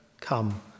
Come